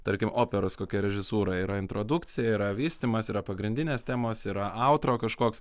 tarkim operos kokia režisūra yra introdukcija yra vystymas yra pagrindinės temos yra autro kažkoks